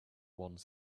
one